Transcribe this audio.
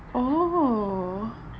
oh